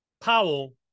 Powell